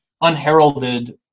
unheralded